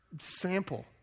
sample